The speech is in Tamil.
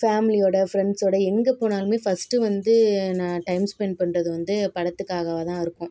ஃபேமிலியோடு ஃப்ரண்ட்ஸோடு எங்கே போனாலுமே ஃபர்ஸ்ட் வந்து நான் டைம் ஸ்பென்ட் பண்ணுறது வந்து படத்துக்காகவாக தான் இருக்கும்